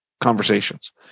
conversations